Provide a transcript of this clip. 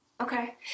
Okay